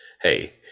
hey